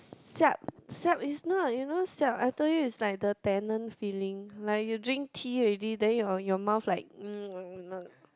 siap siap is not you know siap I told you is like the tannin feeling like you drink tea already then your your mouth like